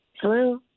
Hello